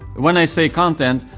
when i say content,